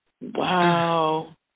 Wow